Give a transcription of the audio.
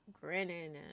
grinning